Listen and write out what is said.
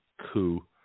coup